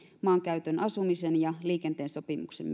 maankäytön asumisen ja liikenteen sopimuksen